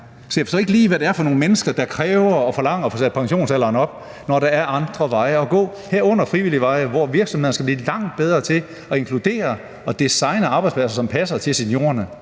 jeg forstår ikke lige, hvad det er for nogle mennesker, der kræver og forlanger at få sat pensionsalderen op, når der er andre veje at gå, herunder frivillige veje, hvor virksomheder skal blive langt bedre til at inkludere og designe arbejdspladser, som passer til seniorerne;